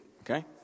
Okay